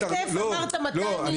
השוטף אמרת, 200 מיליון.